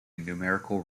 numerical